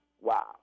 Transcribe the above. wow